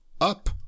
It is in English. Up